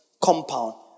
compound